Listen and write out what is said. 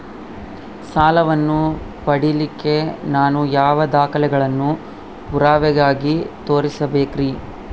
ಸಾಲವನ್ನು ಪಡಿಲಿಕ್ಕೆ ನಾನು ಯಾವ ದಾಖಲೆಗಳನ್ನು ಪುರಾವೆಯಾಗಿ ತೋರಿಸಬೇಕ್ರಿ?